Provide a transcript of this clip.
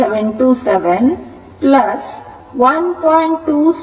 727 1